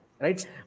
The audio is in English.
Right